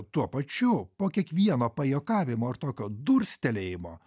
tuo pačiu po kiekvieno pajuokavimo ir tokio durstelėjimo